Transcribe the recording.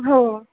हो